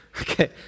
Okay